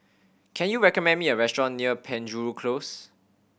can you recommend me a restaurant near Penjuru Close